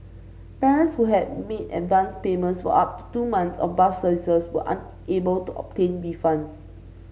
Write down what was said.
parents who had made advanced payments of up to two months of bus services were unable to obtain refunds